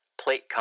Plate